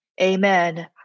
Amen